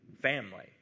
family